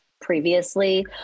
previously